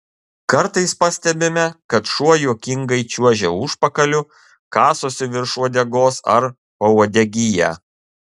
kartais pastebime kad šuo juokingai čiuožia užpakaliu kasosi virš uodegos ar pauodegyje